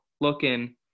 looking